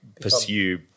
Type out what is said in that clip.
pursue